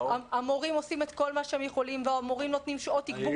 המורים עושים כל מה שהם יכולים והמורים נותנים שעות תגבור,